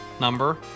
number